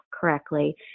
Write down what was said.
correctly